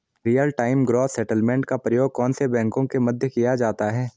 Real time gross settlement का प्रयोग कौन से बैंकों के मध्य किया जाता है?